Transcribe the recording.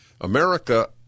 America